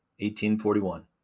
1841